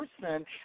person